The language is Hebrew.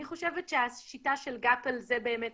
אני חושבת שהשיטה של "גאפל" גוגל-אפל זו באמת